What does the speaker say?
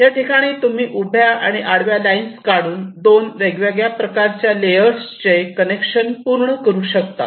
याठिकाणी तुम्ही उभ्या आणि आडव्या लाइन्स काढून दोन वेगवेगळ्या प्रकारच्या लेअर्स चे कनेक्शन पूर्ण करू शकतात